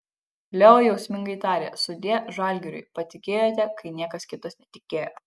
leo jausmingai tarė sudie žalgiriui patikėjote kai niekas kitas netikėjo